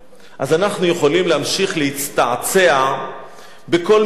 אז אנחנו יכולים להמשיך להצטעצע בכל מיני